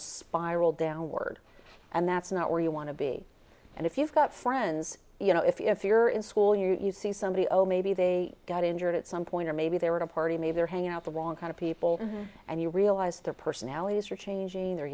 a spiral downward and that's not where you want to be and if you've got friends you know if you're in school you see somebody oh maybe they got injured at some point or maybe they were a party maybe they're hanging out the wrong kind of people and you realize their personalities are changing